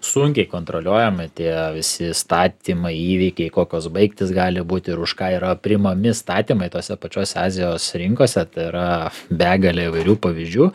sunkiai kontroliuojami tie visi įstatymai įvykiai kokios baigtis gali būti ir už ką yra priimami įstatymai tose pačios azijos rinkose tai yra begalė įvairių pavyzdžių